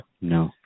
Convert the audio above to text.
No